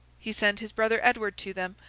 he sent his brother edward to them,